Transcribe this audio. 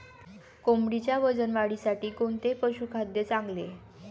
कोंबडीच्या वजन वाढीसाठी कोणते पशुखाद्य चांगले?